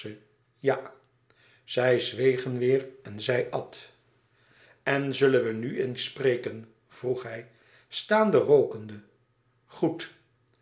ja zij zwegen weêr en zij at en zullen we nu eens spreken vroeg hij staande rookende goed